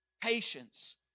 Patience